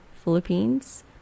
Philippines